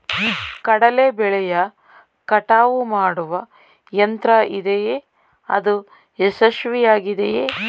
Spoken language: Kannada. ಕಡಲೆ ಬೆಳೆಯ ಕಟಾವು ಮಾಡುವ ಯಂತ್ರ ಇದೆಯೇ? ಅದು ಯಶಸ್ವಿಯಾಗಿದೆಯೇ?